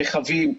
רחבים.